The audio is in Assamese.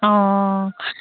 অঁ